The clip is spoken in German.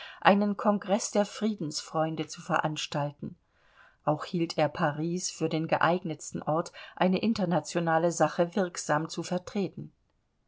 einen kongreß der friedensfreunde zu veranstalten auch hielt er paris für den geeignetsten ort eine internationale sache wirksam zu vertreten